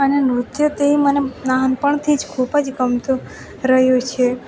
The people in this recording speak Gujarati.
અને નૃત્ય તે મને નાનપણથી જ ખૂબ જ ગમે ગમતું રહ્યું છે